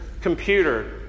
computer